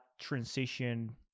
transition